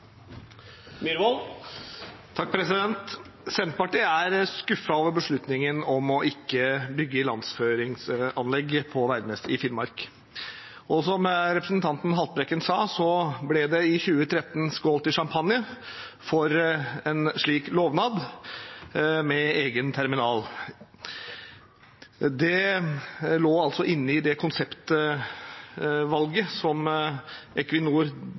over beslutningen om ikke å bygge ilandføringsanlegg på Veidnes i Finnmark. Som representanten Haltbrekken sa, ble det i 2013 skålt i champagne for en slik lovnad om egen terminal. Det lå inne i det konseptvalget som Equinor,